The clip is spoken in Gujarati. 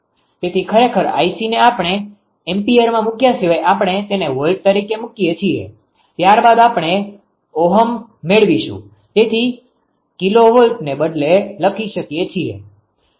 તેથી ખરેખર 𝐼𝐶ને આપણે એમ્પીયરમાં મુક્યા સિવાય આપણે તેને વોલ્ટ તરીકે મુકીએ છીએ ત્યારબાદ આપણે ઓહ્મ મેળવીશું તેથી kVને બદલે લખીએ છીએ